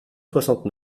soixante